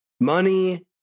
money